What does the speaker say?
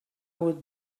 would